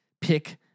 pick